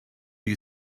you